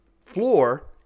floor